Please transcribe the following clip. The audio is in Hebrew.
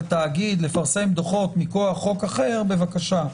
תאגיד לפרסם דוחות מכוח חוק אחר בבקשה,